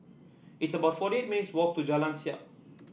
it's about forty eight minutes' walk to Jalan Siap